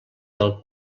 del